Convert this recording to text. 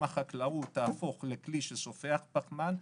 אם החקלאות תהפוך לכלי שסופח פחמן,